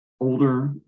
older